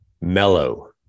Mellow